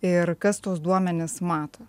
ir kas tuos duomenis mato